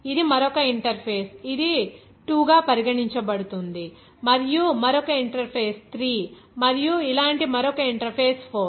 ఇది మరొక ఇంటర్ఫేస్ ఇది 2 gaa పరిగణించబడుతుంది మరియు మరొక ఇంటర్ఫేస్ 3 మరియు ఇలాంటి మరొక ఇంటర్ఫేస్ 4